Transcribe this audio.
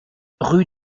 rue